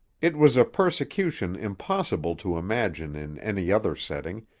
it was a persecution impossible to imagine in any other setting,